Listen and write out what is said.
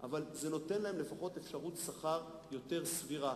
אבל זה נותן להם לפחות אפשרות שכר יותר סבירה,